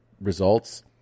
results